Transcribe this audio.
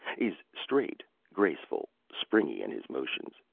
is straight, graceful, springy in his motions,